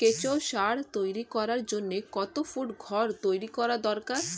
কেঁচো সার তৈরি করার জন্য কত ফুট ঘর তৈরি করা দরকার?